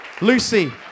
Lucy